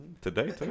Today